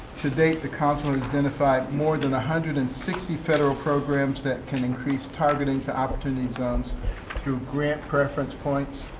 to date, the council has identified more than one hundred and sixty federal programs that can increase targeting to opportunity zones through grant preference points,